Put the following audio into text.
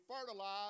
fertilize